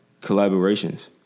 collaborations